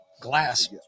glass